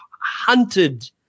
hunted